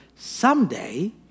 Someday